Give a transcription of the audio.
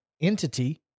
entity